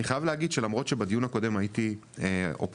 אני חייב להגיד שלמרות שבדיון הקודם הייתי אופטימי,